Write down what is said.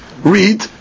read